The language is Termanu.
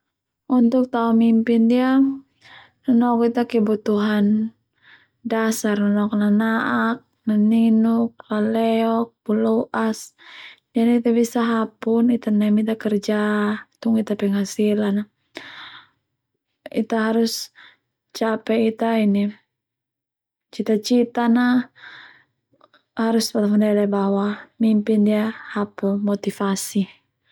Untuk tao mimpi ndia nanok Ita kebutuhan dasar a nanok a nana'ak naninuk laleok buloas, ndia ndia Ita biasa hapun neme Ita kerja terus Ita penghasilan a Ita harus cape Ita cita-citana harus mafandele Mae mimpi ndia hapu motivasi.